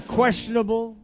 questionable